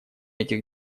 этих